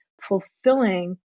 fulfilling